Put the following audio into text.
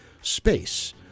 space